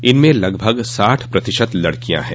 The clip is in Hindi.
इनमें लगभग साठ प्रतिशत लड़कियां हैं